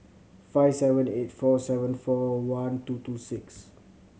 five seven eight four seven four one two two six